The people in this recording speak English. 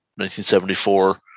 1974